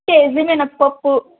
KG మినప్పప్పు